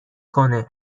کنه